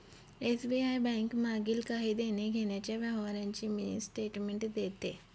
SBI bank मागील काही देण्याघेण्याच्या व्यवहारांची मिनी स्टेटमेंट देते